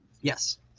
Yes